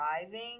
driving